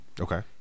Okay